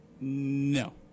no